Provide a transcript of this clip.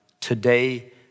today